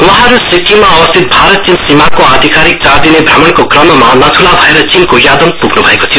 वहाँहरू सिक्किम अवस्थित भारत चीन सीमाको आधिकारिक चारदिने भ्रमणको क्रममा नथुला भएर चीनको यादोङ पुग्नु भएको थियो